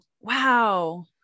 Wow